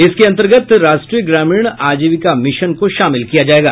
इसके अन्तर्गत राष्ट्रीय ग्रामीण आजीविका मिशन को शामिल किया जायेगा